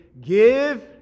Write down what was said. Give